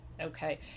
Okay